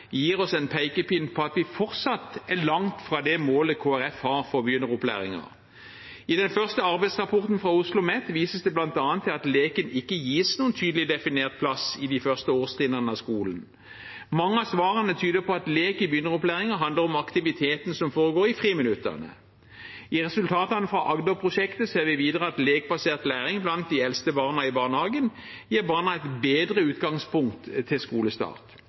gir oss en pekepinn om at vi fortsatt er langt fra det målet Kristelig Folkeparti har for begynneropplæringen. I den første arbeidsrapporten fra Oslomet vises det bl.a. til at leken ikke gis noen tydelig definert plass i de første årstrinnene på skolen. Mange av svarene tyder på at lek i begynneropplæringen handler om aktiviteten som foregår i friminuttene. I resultatene fra Agderprosjektet ser vi videre at lekbasert læring blant de eldste barna i barnehagen gir barna et bedre utgangspunkt for skolestart.